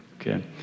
okay